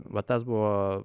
va tas buvo